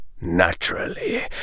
Naturally